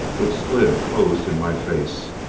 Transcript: it slid closed in my face,